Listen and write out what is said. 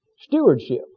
Stewardship